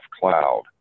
Cloud